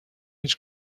هیچ